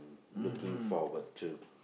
looking forward to